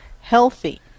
healthy